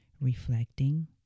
reflecting